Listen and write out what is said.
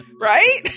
Right